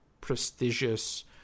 prestigious